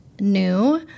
new